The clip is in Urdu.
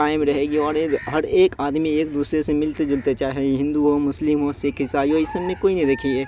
قائم رہے گی اور ایک ہر ایک آدمی ایک دوسرے سے ملتے جلتے چاہے ہندو ہو مسلم ہو سکھ عیسائی ہو اس میں کوئی نہیں دیکھیے